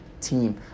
team